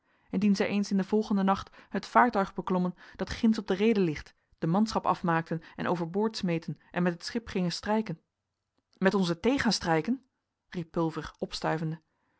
indien zij eens in den volgenden nacht het vaartuig beklommen dat ginds op de reede ligt de manschap afmaakten en overboord smeten en met het schip gingen strijken met onze thee gaan strijken riep pulver opstuivende